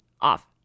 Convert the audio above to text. off